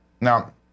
Now